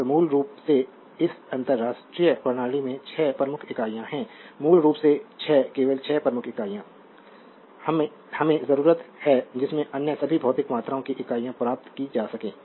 तो मूल रूप से इस अंतर्राष्ट्रीय प्रणाली में 6 प्रमुख इकाइयाँ हैं मूल रूप से 6 केवल 6 प्रमुख इकाई हमें ज़रूरत है जिससे अन्य सभी भौतिक मात्राओं की इकाइयाँ प्राप्त की जा सकें